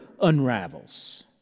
unravels